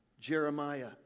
Jeremiah